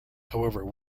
however